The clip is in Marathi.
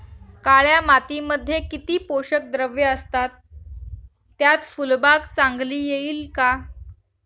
काळ्या मातीमध्ये किती पोषक द्रव्ये असतात, त्यात फुलबाग चांगली येईल का?